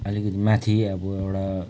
अलिकति माथि अब एउटा